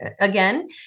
again